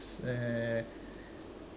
uh